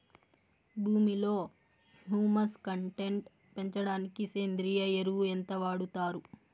భూమిలో humus content పెంచడానికి సేంద్రియ ఎరువు ఎంత వాడుతారు